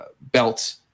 belt